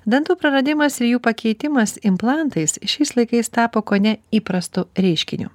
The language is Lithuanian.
dantų praradimas ir jų pakeitimas implantais šiais laikais tapo kone įprastu reiškiniu